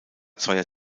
zweier